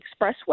expressway